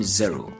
zero